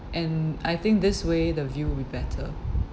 and I think this way the view would be better